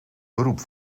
beroep